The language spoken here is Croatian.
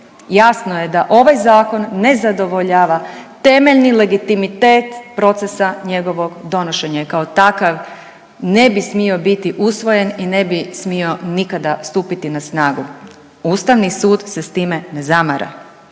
jasno je da ovaj zakon ne zadovoljava temeljni legitimitet procesa njegovog donošenja i kao takav ne bi smio biti usvojen i ne bi smio nikada stupiti na snagu, ustavni sud se s time ne zamara.